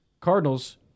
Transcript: Cardinals